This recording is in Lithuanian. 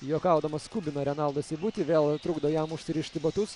juokaudamas skubina renaldą seibutį vėl trukdo jam užsirišti batus